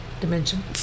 dimension